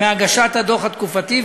מהגשת הדוח התקופתי,